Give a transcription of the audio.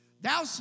Thou